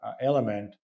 element